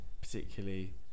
particularly